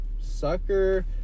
Sucker